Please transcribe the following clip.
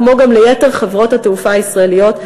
כמו גם ליתר חברות התעופה הישראליות,